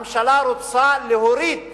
הממשלה רוצה להוריד